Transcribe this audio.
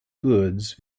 goods